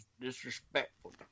disrespectful